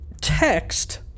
text